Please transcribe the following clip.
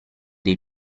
dei